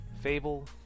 Fable